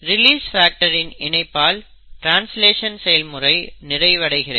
release ஃபாக்டரின் இணைப்பால் translation செயல்முறை நிறைவடைகிறது